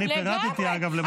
אני פירטתי כמובן למה הכוונה.